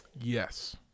yes